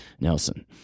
Nelson